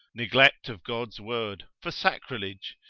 neglect of god's word, for sacrilege,